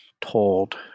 told